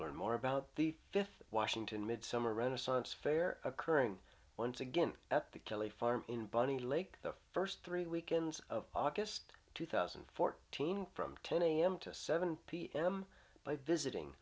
learn more about the fifth washington midsummer renaissance fair occurring once again at the kelly farm in bunny lake the first three weekends of august two thousand and fourteen from ten am to seven pm but visiting